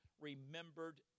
remembered